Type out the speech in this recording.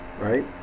right